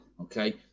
Okay